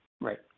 Right